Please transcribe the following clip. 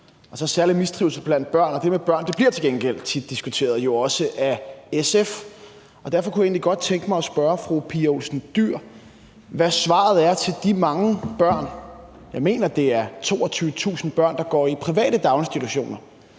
og særlig mistrivsel blandt børn; det med børn bliver til gengæld tit diskuteret og jo også af SF. Og derfor kunne jeg egentlig godt tænke mig at spørge fru Pia Olesen Dyhr, hvad svaret er til de mange børn – jeg mener, det er 22.000 børn – der går i private daginstitutioner,